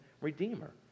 redeemer